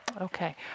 Okay